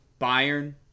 Bayern